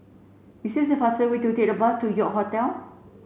is it faster to take the bus to York Hotel